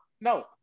no